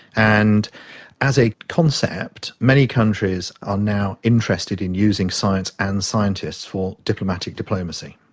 and as a concept, many countries are now interested in using science and scientists for diplomatic diplomacy.